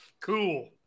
cool